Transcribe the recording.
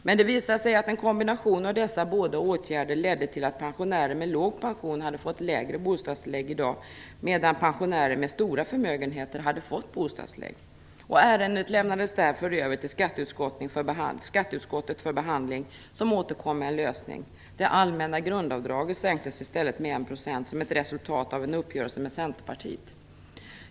Men det visade sig att en kombination av dessa båda åtgärder ledde till att pensionärer med låg pension hade fått lägre bostadstillägg i dag, medan pensionärer med stora förmögenheten hade fått bostadstillägg. Ärendet lämnades därför över till skatteutskottet för behandling som återkom med en lösning: det allmänna grundavdraget sänktes i stället med 1 % som ett resultat av en uppgörelse med Centerpartiet.